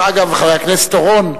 דרך אגב, חבר הכנסת אורון,